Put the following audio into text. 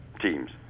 teams